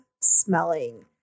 smelling